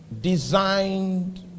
designed